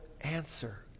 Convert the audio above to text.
answer